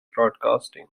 broadcasting